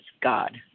god